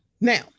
Now